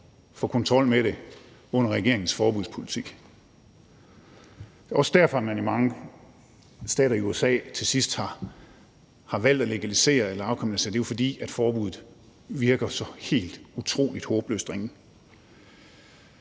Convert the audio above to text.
form for kontrol med det under regeringens forbudspolitik. Det er også derfor, at man i mange stater i USA til sidst har valgt at legalisere eller afkriminalisere, altså fordi forbuddet virker helt utrolig håbløst ringe.